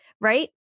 right